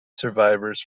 survivors